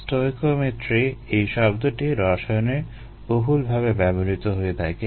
stoichiometry এই শব্দটি রসায়নে বহুলভাবে ব্যবহৃত হয়ে থাকে